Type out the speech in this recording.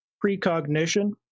precognition